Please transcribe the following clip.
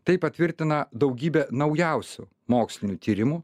tai patvirtina daugybė naujausių mokslinių tyrimų